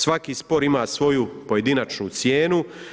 Svaki spor ima svoju pojedinačnu cijenu.